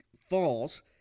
falls